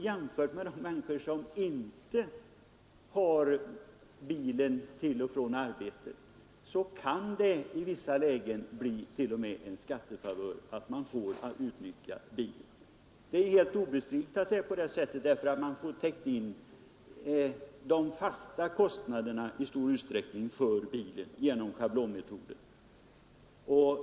Jämfört med de människor som inte använder bilen till och från arbetet kan det i vissa lägen till och med bli en skattefavör att få utnyttja sin bil. Det är helt obestridligt därför att man i stor utsträckning genom schablonmetoden får täckning för de fasta kostnaderna för bilen.